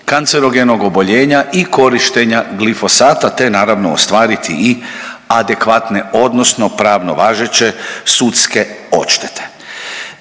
kancerogenog oboljenja i korištenja glifosata te naravno, ostvariti i adekvatne odnosno pravno važeće sudske odštete.